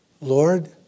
Lord